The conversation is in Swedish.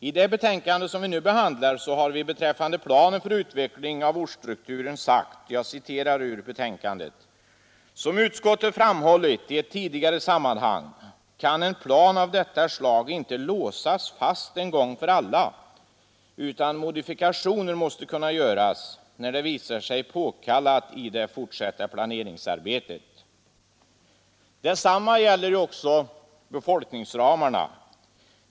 I det betänkande som vi nu behandlar har vi beträffande planen för utveckling av ortsstrukturen sagt: ”Som utskottet framhållit i ett tidigare sammanhang kan en plan av detta slag inte låsas fast en gång för alla, utan modifikationer måste kunna göras när det visar sig påkallat i det fortsatta planeringsarbetet.” Detsamma gäller ju befolkningsramarna.